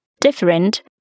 different